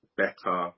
better